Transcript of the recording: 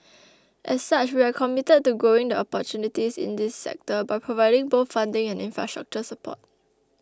as such we are committed to growing the opportunities in this sector by providing both funding and infrastructure support